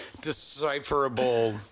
decipherable